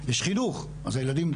יש חינוך אז הילדים,